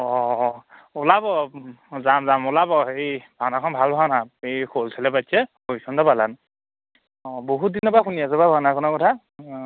অঁ ওলাব যাম যাম ওলাব হেৰি ভাওনাখন ভাল ভাওনা এই সৰু ল'ৰা ছোৱালীয়ে পাতিছে হৰিচন্দ্ৰ পালান অঁ বহুত দিনৰপৰা শুনি আছো পাই ভাওনাখনৰ কথা